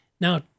Now